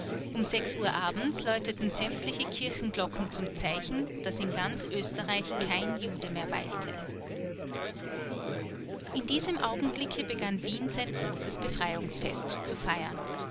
um sechs uhr abends läuteten sämtliche kirchenglocken zum zeichen daß in ganz oesterreich kein jude mehr weilte in diesem augenblicke begann wien sein großes befreiungsfest zu feiern